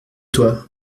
toi